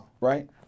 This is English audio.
right